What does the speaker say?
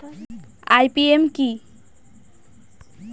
IPM কি?